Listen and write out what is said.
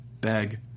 beg